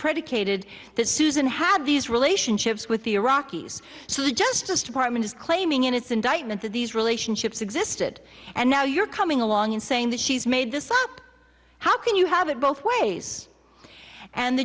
predicated that susan had these relationships with the iraqis so the justice department is claiming in its indictment that these relationships existed and now you're coming along and saying that she's made this up how can you have it both ways and